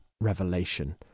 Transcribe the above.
revelation